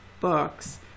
books